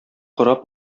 кораб